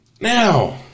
Now